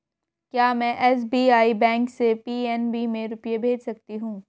क्या में SBI bank से पी.एन.बी में रुपये भेज सकती हूँ?